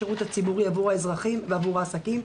בשירות האזרחי עבור האזרחים ועבור העסקים,